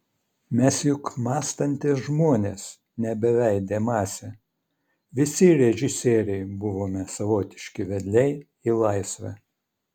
mes juk mąstantys žmonės ne beveidė masė visi režisieriai buvome savotiški vedliai į laisvę